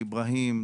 איברהים,